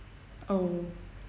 oh